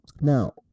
now